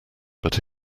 but